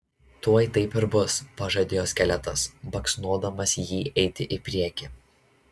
tuoj taip ir bus pažadėjo skeletas baksnodamas jį eiti į priekį